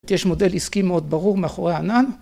יש מודל עסקי מאוד ברור מאחורי הענן.